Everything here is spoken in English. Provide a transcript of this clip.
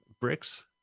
Bricks